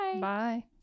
Bye